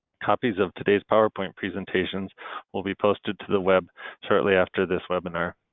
copies of today's power point presentation will be posted to the web shortly after this webinar.